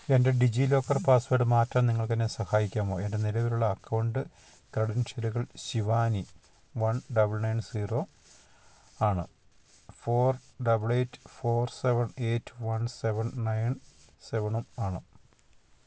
എൻ്റെ ഡിജിലോക്കർ പാസ്വേഡ് മാറ്റാൻ നിങ്ങൾക്കെന്നെ സഹായിക്കാമോ എൻ്റെ നിലവിലുള്ള അക്കൌണ്ട് ക്രെഡൻഷ്യലുകൾ Shivani one double nine zero ആണ് four double eight four seven eight one seven nine സെവണുമാണ്